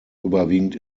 überwiegend